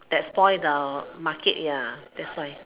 that spoil the market ya that's why